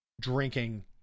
drinking